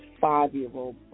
five-year-old